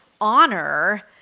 honor